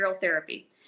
therapy